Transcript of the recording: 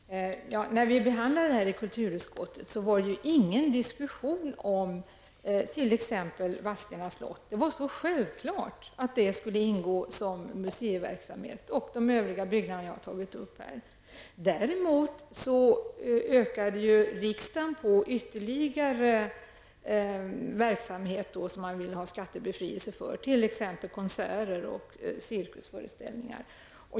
Herr talman! När vi behandlade detta i kulturutskottet var det ingen diskussion om t.ex. Vadstena slott. Det var självklart att det och de övriga byggnaderna jag har tagit upp skulle ingå som museiverksamhet. Riksdagen ökade däremot på med ytterligare verksamheter som man ville ha skattebefrielse för, t.ex. konserter och cirkusföreställningar.